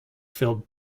filled